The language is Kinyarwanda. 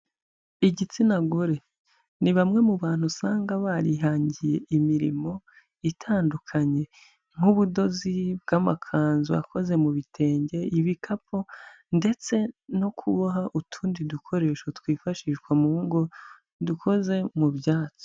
Igitsina gore ni bamwe mu bantu usanga barihangiye imirimo itandukanye, nk'ubudozi bw'amakanzu akoze mu bitenge, ibikapu ndetse no kuboha utundi dukoresho twifashishwa mu ngo dukoze mu byatsi.